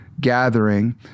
gathering